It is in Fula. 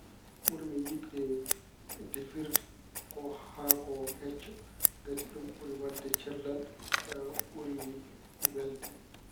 Ɓurmi yiɗde defirde ko haako hecco ngati ɗum ɓuri waɗde cellal, ɓuri welde.